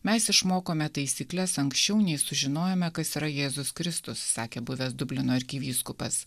mes išmokome taisykles anksčiau nei sužinojome kas yra jėzus kristus sakė buvęs dublino arkivyskupas